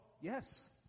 yes